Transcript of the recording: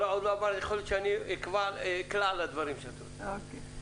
יכול להיות שאני אקלע לדברים שאת אומרת.